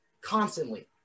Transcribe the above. constantly